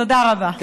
תודה רבה.